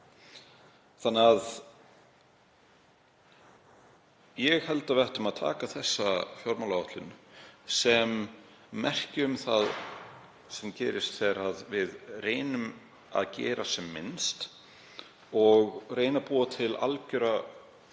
leggja. Ég held því að við ættum að taka þessa fjármálaáætlun sem merki um það sem gerist þegar við reynum að gera sem minnst og reyna að búa til algera